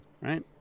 right